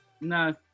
No